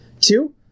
Two